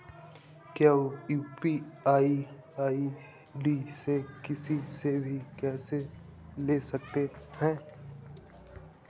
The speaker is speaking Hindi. क्या यू.पी.आई आई.डी से किसी से भी पैसे ले दे सकते हैं?